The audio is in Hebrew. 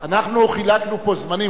אנחנו חילקנו פה זמנים.